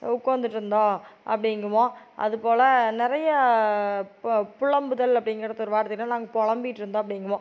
உட்காந்துட்ருந்தோம் அப்படிங்குவோம் அதுபோல நிறைய புலம்புதல் அப்படிங்கிறது ஒரு வார்த்தைலாம் நாங்கள் பொலம்பிட்டுருந்தோம் அப்படிங்குவோம்